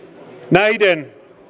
näiden